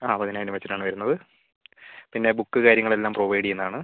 അതെ പതിനായിരം രൂപ വെച്ചിട്ടാണ് വരുന്നത് പിന്നെ ബുക്ക് കാര്യങ്ങൾ എല്ലാം പ്രൊവൈഡ് ചെയ്യുന്നതാണ്